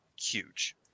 huge